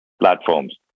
platforms